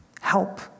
help